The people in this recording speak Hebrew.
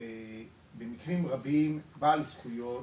שבמקרים רבים בעל זכויות